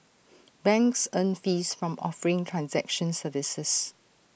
banks earn fees from offering transaction services